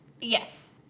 Yes